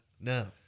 no